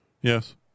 Yes